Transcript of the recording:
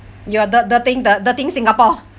you're dirt~ dirtying the dirtying singapore